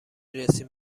رسیم